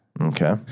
Okay